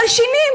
מלשינים.